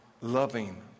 loving